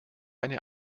eine